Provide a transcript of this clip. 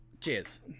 cheers